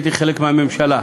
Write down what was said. חלק מהממשלה,